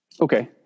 okay